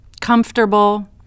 comfortable